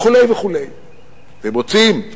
וכו' וכו'; אתם רוצים,